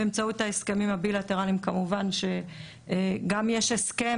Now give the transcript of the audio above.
באמצעות ההסכמים הבילטרליים כמובן שגם יש הסכם,